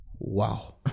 Wow